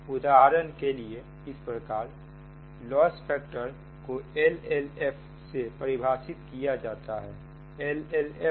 उदाहरण के लिए इस प्रकार लॉस फैक्टर को LLF से परिभाषित किया जाता है